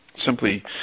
simply